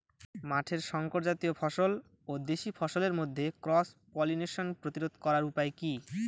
মাঠের শংকর জাতীয় ফসল ও দেশি ফসলের মধ্যে ক্রস পলিনেশন প্রতিরোধ করার উপায় কি?